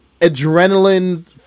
adrenaline